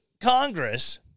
Congress